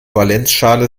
valenzschale